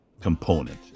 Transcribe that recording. component